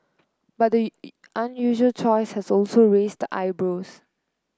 but the unusual choice has also raised the eyebrows